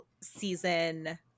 season